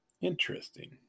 interesting